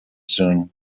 soon